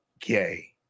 gay